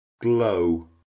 glow